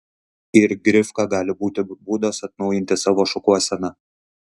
ir grifka gali būti būdas atnaujinti savo šukuoseną